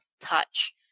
touch